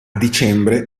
dicembre